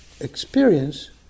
experience